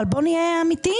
אבל בוא נהיה אמיתיים,